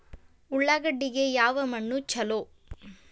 ಉಳ್ಳಾಗಡ್ಡಿಗೆ ಯಾವ ಮಣ್ಣು ಛಲೋ?